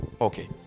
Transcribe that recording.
Okay